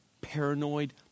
paranoid